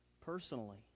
personally